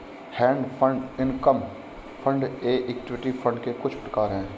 hedge fund income fund ये equity fund के कुछ प्रकार हैं